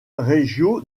reggio